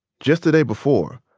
just the day before,